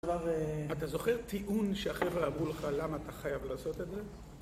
אתה זוכר טיעון, שהחבר'ה אמרו לך, למה אתה חייב לעשות את זה?